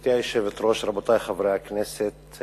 גברתי היושבת-ראש, רבותי חברי הכנסת,